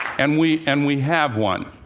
and we and we have one.